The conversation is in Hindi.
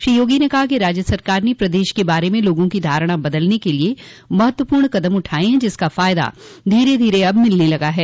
श्री योगी ने कहा कि राज्य सरकार ने प्रदेश के बारे में लोगों की धारणा बदलने के लिए महत्वपूर्ण कदम उठाये हैं जिसका फायदा धीरे धीरे अब मिलने लगा है